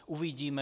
Uvidíme.